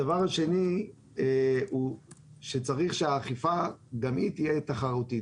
הדבר השני הוא שצריך שהאכיפה גם היא תהיה תחרותית.